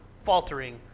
Faltering